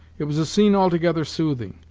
it was a scene altogether soothing,